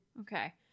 Okay